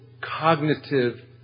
cognitive